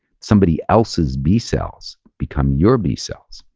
somebody else's b-cells become your b-cells.